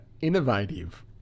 innovative